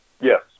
Yes